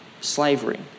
slavery